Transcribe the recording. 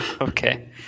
Okay